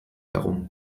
darum